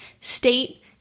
State